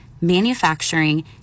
manufacturing